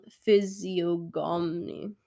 physiognomy